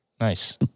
Nice